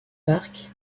parc